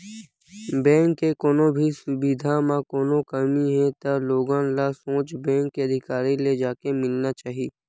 bank के कोनो भी सुबिधा म कोनो कमी हे त लोगन ल सोझ बेंक के अधिकारी ले जाके मिलना चाही